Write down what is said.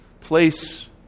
place